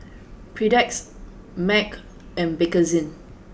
Perdix M A C and Bakerzin